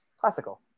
classical